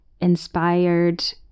inspired